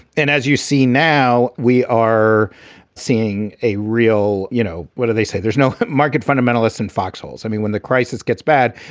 and as you see now, we are seeing a real you know, what are they say? there's no market fundamentalists in foxholes. i mean, when the crisis gets bad,